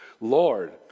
Lord